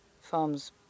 farms